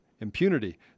impunity